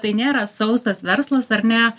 tai nėra sausas verslas ar ne